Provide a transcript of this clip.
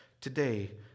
today